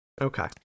okay